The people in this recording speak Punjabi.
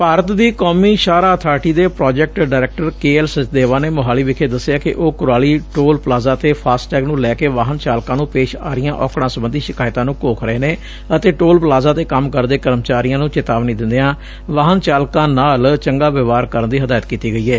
ਭਾਰਤ ਦੀ ਕੌਮੀ ਸ਼ਾਹਰਾਹ ਅਥਾਰਟੀ ਦੇ project director K L Sachdeva ਨੇ ਮੁਹਾਲੀ ਵਿਖੇ ਦਸਿਐ ਕਿ ਉਹ ਕੁਰਾਲੀ ਟੋਲ ਪਲਾਜ਼ਾ ਤੇ ਫਾਸਟੈਗ ਨੂੰ ਲੈ ਕੇ ਵਾਹਨ ਚਾਲਕਾਂ ਨੂੰ ਪੇਸ਼ ਆ ਰਹੀਆ ਔਕਤਾਂ ਸਬੰਧੀ ਸ਼ਿਕਾਇਤਾਂ ਨੂੰ ਘੋਖ ਰਹੇ ਨੇ ਅਤੇ ਟੋਲ ਪਲਾਜ਼ਾ ਤੇ ਕੰਮ ਕਰਦੇ ਕਰਮਚਾਰੀਆਂ ਨੂੰ ਚੇਤਾਵਨੀ ਦਿੰਦਿਆਂ ਵਾਹਨ ਚਾਲਕਾਂ ਨਾਲ ਚੰਗਾ ਵਿਵਹਾਰ ਕਰਨ ਦੀ ਹਦਾਇਤ ਕੀਤੀ ਗਈ ਏ